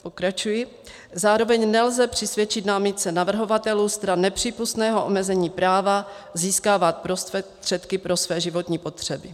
Pokračuji: Zároveň nelze přisvědčit námitce navrhovatelů stran nepřípustného omezení práva získávat prostředky pro své životní potřeby.